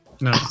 no